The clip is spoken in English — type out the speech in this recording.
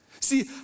See